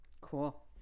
Cool